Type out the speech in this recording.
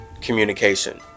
communication